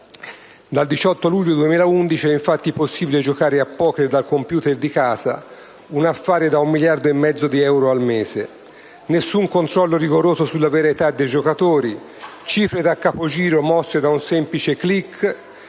Dal 18 luglio 20111, infatti, è possibile giocare a *poker* dal *computer* di casa. È un affare da un miliardo e e mezzo di euro al mese. Nessun controllo rigoroso sulla vera età dei giocatori, cifre da capogiro mosse con un semplice *clic*,